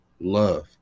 Love